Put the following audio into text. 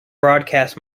broadcast